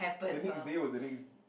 the next day was the next